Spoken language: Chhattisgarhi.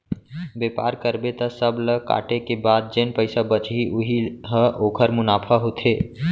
बेपार करबे त सब ल काटे के बाद जेन पइसा बचही उही ह ओखर मुनाफा होथे